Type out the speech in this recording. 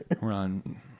run